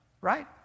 right